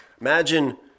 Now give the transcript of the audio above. Imagine